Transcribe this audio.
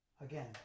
again